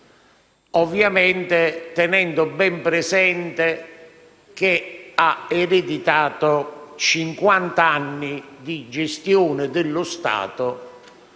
ovviamente tenendo ben presente che ha ereditato cinquant'anni di gestione dello Stato